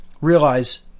realize